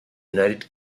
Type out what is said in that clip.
united